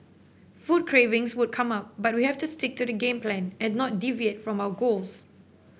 food cravings would come up but we have to stick to the game plan and not deviate from our goals